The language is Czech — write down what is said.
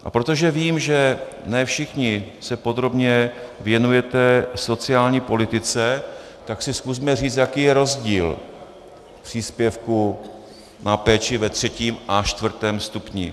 A protože vím, že ne všichni se podrobně věnujete sociální politice, tak si zkusme říci, jaký je rozdíl příspěvku na péči ve třetím a čtvrtém stupni.